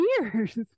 years